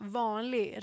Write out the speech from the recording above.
vanlig